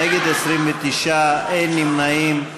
נגד עיסאווי פריג' נגד עמיר פרץ,